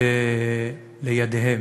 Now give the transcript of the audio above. לידיהם.